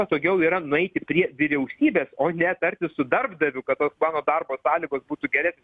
patogiau yra nueiti prie vyriausybės o ne tartis su darbdaviu kad tos mano darbo sąlygos būtų geresnės